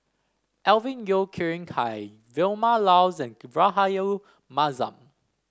Alvin Yeo Khirn Hai Vilma Laus and Rahayu Mahzam